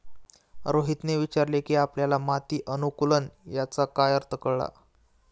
रोहितने विचारले की आपल्याला माती अनुकुलन याचा काय अर्थ कळला?